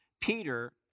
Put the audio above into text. Peter